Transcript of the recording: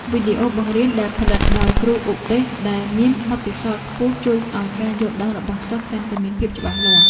វីដេអូបង្រៀនដែលផលិតដោយគ្រូឧទ្ទេសដែលមានបទពិសោធន៍ខ្ពស់ជួយឱ្យការយល់ដឹងរបស់សិស្សកាន់តែមានភាពច្បាស់លាស់។